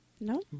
No